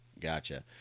gotcha